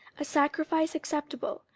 a sacrifice acceptable,